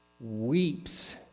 weeps